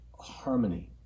harmony